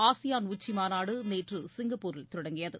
ASEAN உச்சிமாநாடுநேற்றுசிங்கப்பூரில் தொடங்கியது